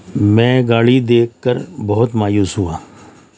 میں گاڑی دیکھ کر بہت مایوس ہوا